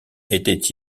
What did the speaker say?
était